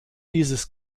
dieses